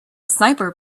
sniper